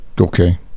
Okay